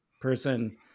person